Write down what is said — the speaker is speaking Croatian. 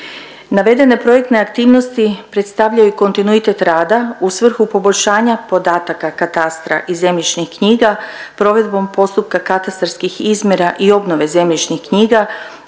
Navedene projekte aktivnosti predstavljaju kontinuitet rada u svrhu poboljšanja podataka katastra i zemljišnih knjiga provedbom postupka katastarskih izmjera i obnove zemljišnih knjiga,